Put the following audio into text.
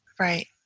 Right